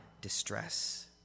distress